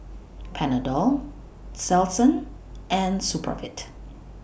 Panadol Selsun and Supravit